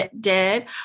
dead